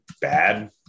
bad